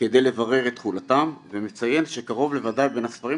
לברר את תכולתם ומציין שקרוב לוודאי בין הספרים